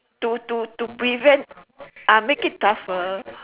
to to to prevent ah make it tougher